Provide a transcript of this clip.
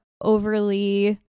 overly